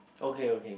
okay okay